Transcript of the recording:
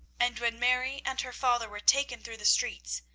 and when mary and her father were taken through the streets,